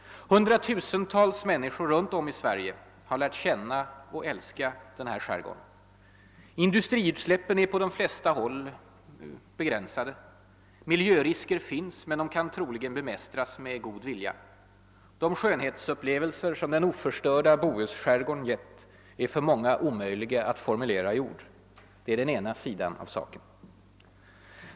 Hundratusentals människor runt om i Sverige har lärt känna och älska den här skärgården. In dustriutsläppen är på de flesta håll begränsade här. Miljörisker finns, men de kan troligen bemästras med god vilja. De skönhetsupplevelser som den oförstörda Bohusskärgården gett är för många omöjliga att formulera i ord. Det är den ena sidan av saken.